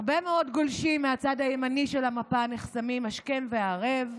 הרבה מאוד גולשים מהצד הימני של המפה נחסמים השכם והערב.